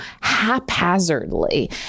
haphazardly